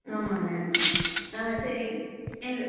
ஆமாங்க ஆ சரிங் எங்கள்